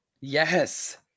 Yes